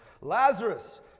Lazarus